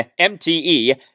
MTE